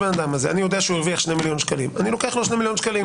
אני יודע שהרוויח 2 מיליון שקלים לוקח לו 2 מיליון שקלים.